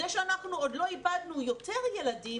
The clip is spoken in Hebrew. זה שאנחנו עוד לא איבדנו יותר ילדים,